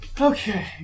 okay